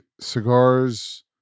cigars